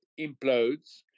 implodes